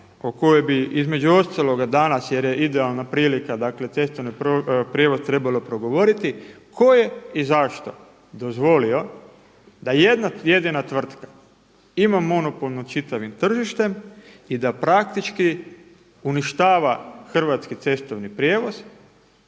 o kojoj bih između ostaloga danas, jer je idealna prilika, dakle cestovni prijevoz trebao progovoriti tko je i zašto dozvolio da jedna jedina tvrtka ima monopol nad čitavim tržištem i da praktički uništava hrvatski cestovni prijevoz.